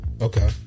Okay